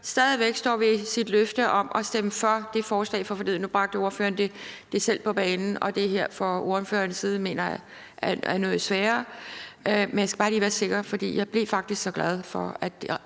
stadig væk står ved sit løfte om at stemme for det forslag fra forleden. Nu bragte ordføreren selv på banen, at det her er noget sværere for ordføreren. Jeg skal bare lige være sikker, for jeg blev faktisk så glad for, at